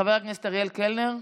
חבר הכנסת אריאל קלנר.